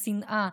שנאה,